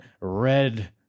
red